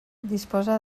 disposa